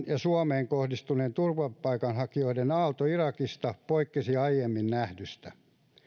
ja suomeen kohdistunut turvapaikanhakijoiden aalto irakista poikkesi aiemmin nähdystä